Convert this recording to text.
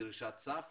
כדרישת סף